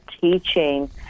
teaching